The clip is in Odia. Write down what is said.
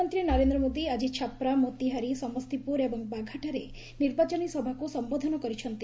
ପ୍ରଧାନମନ୍ତ୍ରୀ ନରେନ୍ଦ୍ର ମୋଦି ଆଜି ଛାପ୍ରା ମୋତିହାରୀ ସମସ୍ତିପୁର ଏବଂ ବାଘାଠାରେ ନିର୍ବାଚନୀ ସଭାକୁ ସମ୍ଭୋଧନ କରିଛନ୍ତି